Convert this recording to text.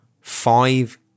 five